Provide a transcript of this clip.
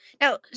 now